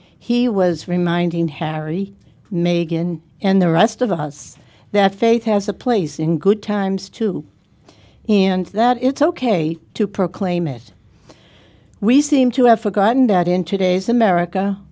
he was reminding harry megan and the rest of us that faith has a place in good times too and that it's ok to proclaim it we seem to have forgotten that in today's america